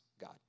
God